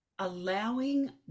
allowing